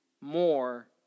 more